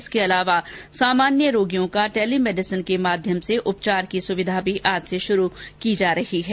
इसके अलावा सामान्य रोगियों का टेली मेडिसिन के माध्यम से उपचार की सुविधा भी आज से शुरू की जा रही है